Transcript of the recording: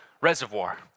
reservoir